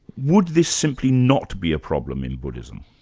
would this simply not be a problem in buddhism?